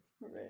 Right